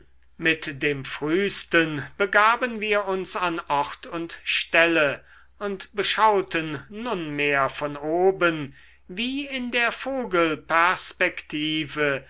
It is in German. mit dem frühsten begaben wir uns an ort und stelle und beschauten nunmehr von oben wie in der vogelperspektive